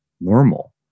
normal